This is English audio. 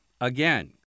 Again